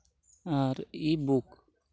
R e book